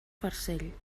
farcell